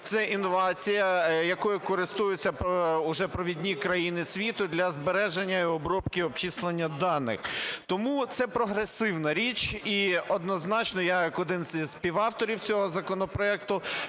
це інновація, якою користуються уже провідні країни світу для збереження і обробки обчислення даних. Тому це прогресивна річ і, однозначно, я як один із співавторів цього законопроекту